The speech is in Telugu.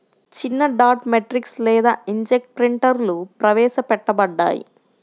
చిన్నడాట్ మ్యాట్రిక్స్ లేదా ఇంక్జెట్ ప్రింటర్లుప్రవేశపెట్టబడ్డాయి